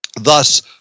Thus